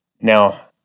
Now